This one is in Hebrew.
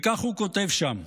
וכך הוא כותב שם: